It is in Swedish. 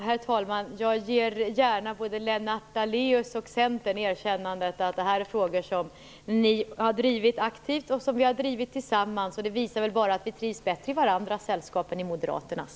Herr talman! Jag ger gärna både Lennart Daléus och Centern erkännandet att detta är frågor som ni har drivit aktivt och som vi har drivit tillsammans. Det visar väl bara att vi trivs bättre i varandras sällskap än i moderaternas.